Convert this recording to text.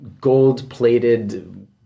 gold-plated